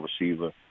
receiver